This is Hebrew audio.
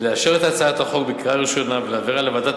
לאשר את הצעת החוק בקריאה ראשונה ולהעבירה לוועדת